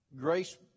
Grace